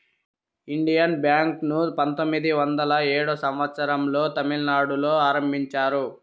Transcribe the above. Indian Bank ను పంతొమ్మిది వందల ఏడో సంవచ్చరం లో తమిళనాడులో ఆరంభించారు